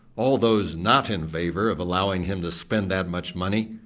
all those not in favour of allowing him to spend that much money,